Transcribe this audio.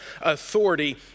authority